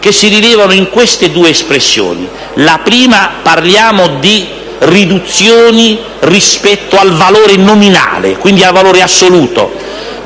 che si rilevano in due espressioni. La prima è quella relativa alle riduzioni rispetto al valore nominale, quindi al valore assoluto: